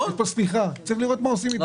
יש פה שמיכה וצריך לראות מה עושים איתה.